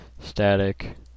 static